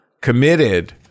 committed